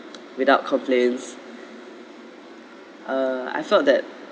without complaints err I felt that